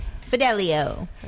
Fidelio